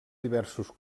diversos